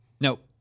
Nope